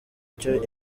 icyo